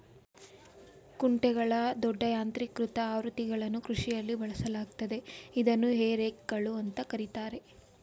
ಕುಂಟೆಗಳ ದೊಡ್ಡ ಯಾಂತ್ರೀಕೃತ ಆವೃತ್ತಿಗಳನ್ನು ಕೃಷಿಯಲ್ಲಿ ಬಳಸಲಾಗ್ತದೆ ಇದನ್ನು ಹೇ ರೇಕ್ಗಳು ಅಂತ ಕರೀತಾರೆ